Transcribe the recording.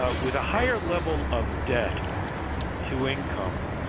ah with a higher level of debt to income,